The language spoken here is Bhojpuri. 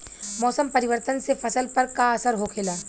मौसम परिवर्तन से फसल पर का असर होखेला?